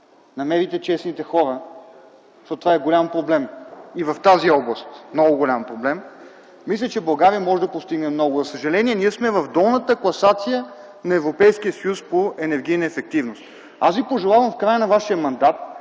намерите честните хора, защото това е голям проблем и в тази област, мисля, че България може да постигне много. За съжаление, ние сме в долната класация на Европейския съюз по енергийна ефективност. Аз Ви пожелавам в края на Вашия мандат